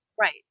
right